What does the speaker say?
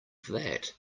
that